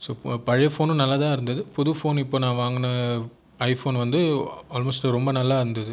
so இப்போது பழைய ஃபோனும் நல்லா தான் இருந்தது புது ஃபோன் இப்போது நான் வாங்கின ஐஃபோன் வந்து ஆல்மோஸ்ட் ரொம்ப நல்லா இருந்தது